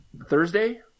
Thursday